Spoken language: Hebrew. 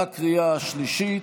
בקריאה השלישית.